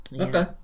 okay